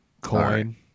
Coin